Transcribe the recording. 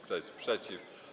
Kto jest przeciw?